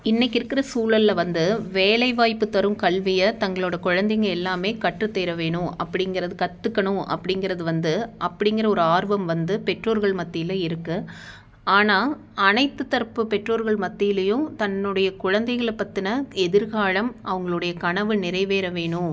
இன்னைக்கு இருக்கிற சூழலில் வந்து வேலைவாய்ப்பு தரும் கல்வியை தங்களோடய குழந்தைங்க எல்லாமே கற்றுத்தர வேணும் அப்டிங்கிறது கற்றுக்கணும் அப்டிங்கிறது வந்து அப்டிங்கிற ஒரு ஆர்வம் வந்து பெற்றோர்கள் மத்தியில் இருக்குது ஆனால் அனைத்து தரப்பு பெற்றோர்கள் மத்திலேயும் தன்னுடைய குழந்தைகளை பற்றின எதிர்காலம் அவங்களுடைய கனவு நிறைவேற வேணும்